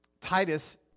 Titus